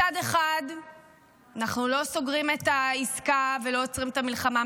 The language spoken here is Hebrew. מצד אחד אנחנו לא סוגרים את העסקה ולא עוצרים את המלחמה,